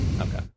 Okay